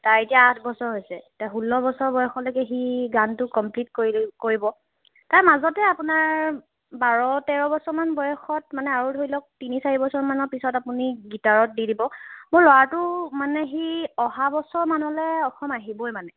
তাৰ এতিয়া আঠ বছৰ হৈছে এতিয়া ষোল্ল বছৰ বসয়লৈকে এতিয়া সি গানটো কম্প্লিট কৰি কৰিব তাৰ মাজতে আপোনাৰ বাৰ তেৰ বছৰমান বয়সত মানে আৰু ধৰি লওক তিনি চাৰি বছৰমানৰ পিছত আপুনি গিটাৰত দি দিব মোৰ ল'ৰাটো মানে সি অহা বছৰমানলৈ অসম আহিবই মানে